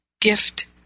gift